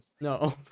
no